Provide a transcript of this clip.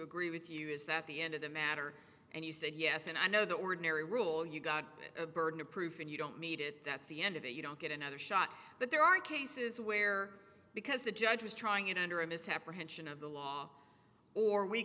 agree with you is that the end of the matter and you said yes and i know the ordinary rule you've got a burden of proof and you don't need it that's the end of it you don't get another shot but there are cases where because the judge is trying it under a misapprehension of the law or we